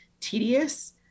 tedious